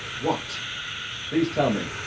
what please tell me